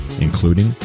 including